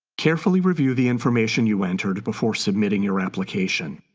carefully review the information you entered before submitting your application.